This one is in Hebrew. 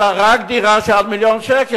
אלא רק דירה של עד מיליון שקל,